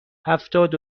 هفتاد